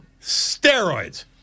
steroids